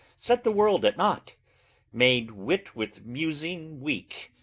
set the world at nought made wit with musing weak,